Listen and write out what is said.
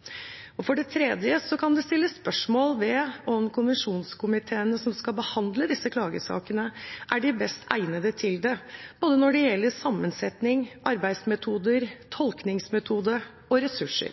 utlendingsfeltet. For det tredje kan det stilles spørsmål ved om konvensjonskomiteene som skal behandle disse klagesakene, er de best egnede til det, både når det gjelder sammensetning, arbeidsmetoder, tolkningsmetode og ressurser.